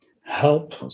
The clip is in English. Help